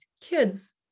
kids